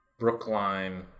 Brookline